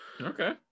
okay